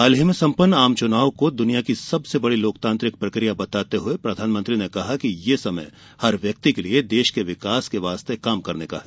हाल ही में संपन्न आम चुनाव को दनिया की सबसे बड़ी लोकतांत्रिक प्रकिया बताते हए प्रधानमंत्री ने कहा कि यह समय हर व्यक्ति के लिए देश के विकास के वास्ते काम करने का है